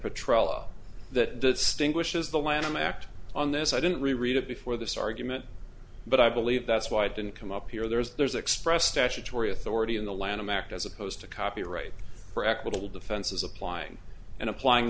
patrol up that stink wishes the lanham act on this i didn't really read it before this argument but i believe that's why i didn't come up here there's express statutory authority in the lanham act as opposed to copyright for equitable defenses applying and applying